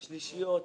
שלישיות,